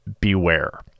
beware